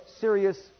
serious